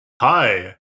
Hi